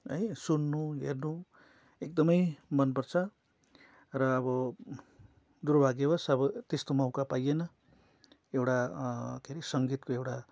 है सुन्नु हेर्नु एकदमै मनपर्छ र अब दुर्भाग्यवश अब त्यस्तो मौका पाइएन एउटा के अरे सङ्गीतको एउटा